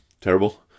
terrible